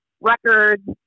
records